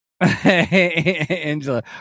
Angela